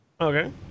Okay